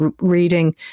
reading